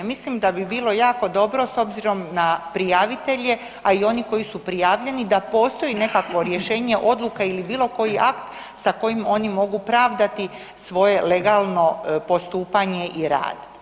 Mislim da bi bilo jako dobro s obzirom na prijavitelje, a i oni koji su prijavljeni da postoji nekakvo rješenje, odluka ili bilo koji akt sa kojim oni mogu pravdati svoje legalno postupanje i rad.